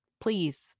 Please